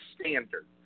standard